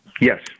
Yes